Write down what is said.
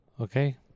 Okay